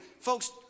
Folks